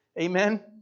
Amen